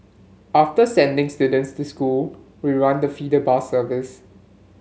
after sending students to school we run the feeder bus service